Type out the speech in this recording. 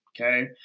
okay